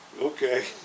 Okay